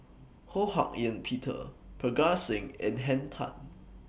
Ho Hak Ean Peter Parga Singh and Henn Tan